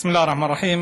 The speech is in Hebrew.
בסם אללה א-רחמאן א-רחים.